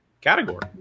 category